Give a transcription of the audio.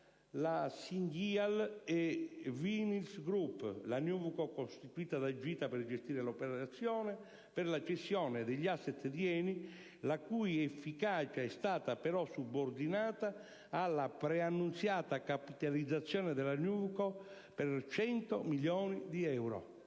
la Sindyal e Vinyls Group (la *newco* costituita da GITA per gestire l'operazione), per la cessione degli *asset* di ENI, la cui efficacia è stata, però, subordinata alla preannunciata capitalizzazione della *newco* per 100 milioni di euro.